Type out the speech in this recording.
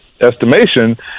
estimation